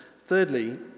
Thirdly